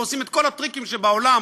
ועושים את כל הטריקים שבעולם